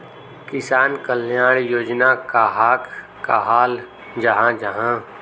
किसान कल्याण योजना कहाक कहाल जाहा जाहा?